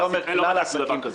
לא בדקנו דבר כזה.